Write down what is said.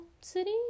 city